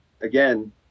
again